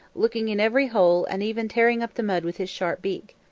looking in every hole and even tearing up the mud with his sharp beak.